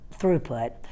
throughput